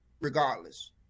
regardless